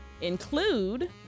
include